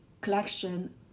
collection